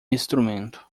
instrumento